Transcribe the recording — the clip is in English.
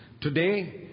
Today